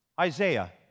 Isaiah